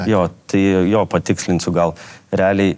jo tai jo patikslinsiu gal realiai